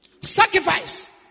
Sacrifice